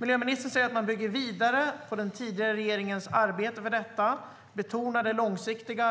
Miljöministern säger att man bygger vidare på den tidigare regeringens arbete med detta. Hon betonade det långsiktiga